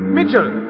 Mitchell